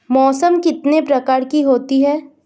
मौसम कितने प्रकार के होते हैं?